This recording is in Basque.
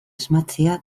asmatzea